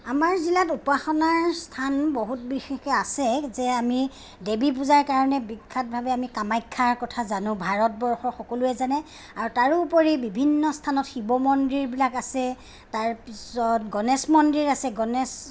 আমাৰ জিলাত উপাসনাৰ স্থান বহুত বিশেষকৈ আছে যে আমি দেৱী পূজাৰ কাৰণে বিখ্যাতভাৱে কামাখ্যাৰ কথা জানো ভাৰতবৰ্ষৰ সকলোৱে জানে আৰু তাৰোপৰি বিভিন্ন স্থানত শিৱ মন্দিৰ বিলাক আছে তাৰ পিছত গণেশ মন্দিৰ আছে গণেশ